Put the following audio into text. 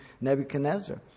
Nebuchadnezzar